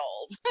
old